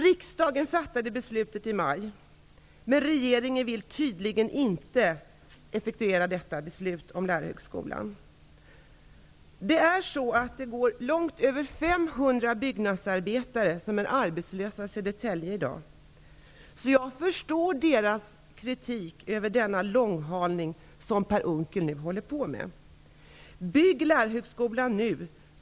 Riksdagen fattade beslutet i maj, men regeringen vill tydligen inte acceptera detta beslut om Långt över 500 byggnadsarbetare i Södertälje är arbetslösa. Jag förstår deras kritik mot den långhalning som Per Unckel nu håller på med. Bygg Lärarhögskolan nu!